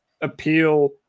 appeal